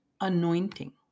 anointing